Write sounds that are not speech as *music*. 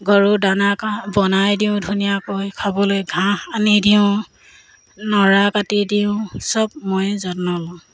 গৰু দানা *unintelligible* বনাই দিওঁ ধুনীয়াকৈ খাবলৈ ঘাঁহ আনি দিওঁ নৰা কাটি দিওঁ চব ময়েই যত্ন লওঁ